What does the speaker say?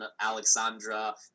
Alexandra